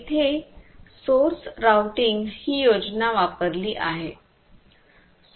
येथे source routing ही योजना वापरली आहे